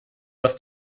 dass